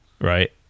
right